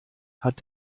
hat